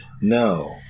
No